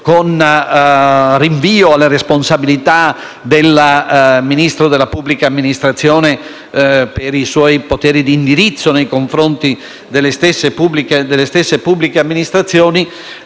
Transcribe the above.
con rinvio alle responsabilità del Ministro della pubblica amministrazione per i suoi poteri d'indirizzo nei confronti delle stesse pubbliche amministrazioni!